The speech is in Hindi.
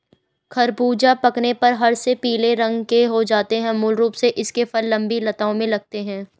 ख़रबूज़ा पकने पर हरे से पीले रंग के हो जाते है मूल रूप से इसके फल लम्बी लताओं में लगते हैं